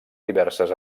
diverses